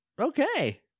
Okay